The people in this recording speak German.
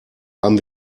haben